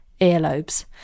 earlobes